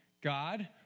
God